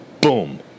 Boom